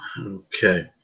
okay